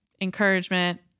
encouragement